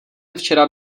včera